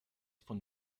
von